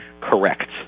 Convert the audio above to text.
correct